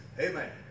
Amen